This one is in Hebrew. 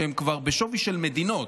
שהן כבר בשווי של מדינות,